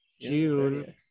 June –